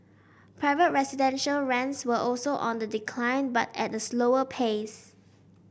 private residential rents were also on the decline but at a slower pace